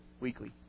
weekly